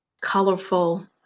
colorful